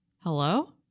Hello